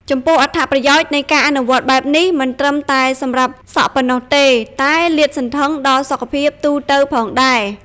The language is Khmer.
ចំពោះ អត្ថប្រយោជន៍នៃការអនុវត្តន៍បែបនេះ មិនត្រឹមតែសម្រាប់សក់ប៉ុណ្ណោះទេ តែលាតសន្ធឹងដល់សុខភាពទូទៅផងដែរ។